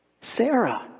Sarah